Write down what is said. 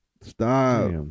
Stop